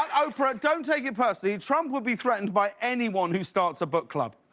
and oprah, don't take it personally. trump would be threatened by anyone who starts a book club.